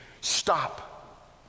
Stop